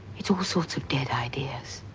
it's all sorts of dead ideas